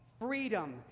freedom